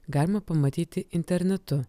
galima pamatyti internetu